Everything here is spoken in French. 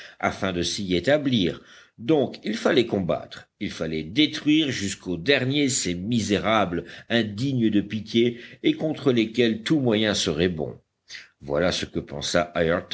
afin de s'y établir donc il fallait combattre il fallait détruire jusqu'au dernier ces misérables indignes de pitié et contre lesquels tout moyen serait bon voilà ce que pensa